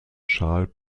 charles